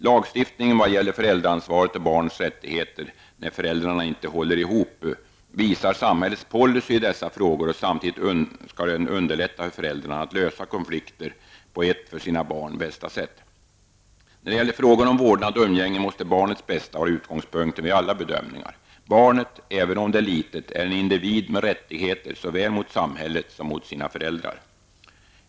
Lagstiftningen när det gäller föräldraansvar och barns rättigheter när föräldrarna inte håller ihop skall visa samhällets policy i dessa frågor och samtidigt underlätta för föräldrarna att lösa konflikter på det för sina barn bästa sättet. När det gäller frågor om vårdnad och umgänge måste barnets bästa vara utgångspunkten vid alla bedömningar. Barnet -- även om det är litet -- är en individ med rättigheter såväl när det gäller samhället som när det gäller sina föräldrar.